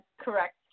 correct